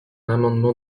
amendement